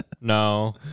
No